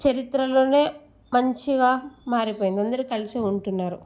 చరిత్రలోనే మంచిగా మారిపోయింది అందరూ కలిసే ఉంటున్నారు